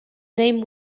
name